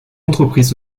entreprises